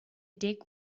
dig